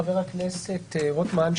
חבר הכנסת רוטמן,